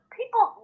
people